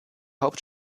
haupt